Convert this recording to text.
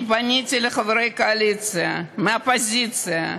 פניתי לחברי הקואליציה, מהאופוזיציה,